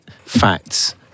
facts